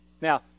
Now